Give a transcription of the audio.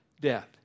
death